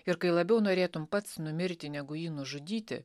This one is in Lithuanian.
ir kai labiau norėtum pats numirti negu jį nužudyti